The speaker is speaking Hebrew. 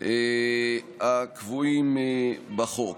הקבועים בחוק.